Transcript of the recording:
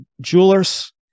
jewelers